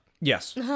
Yes